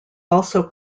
also